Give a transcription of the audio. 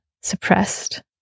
suppressed